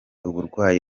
uburwayi